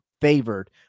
favored